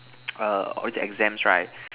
err all these exams right